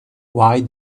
why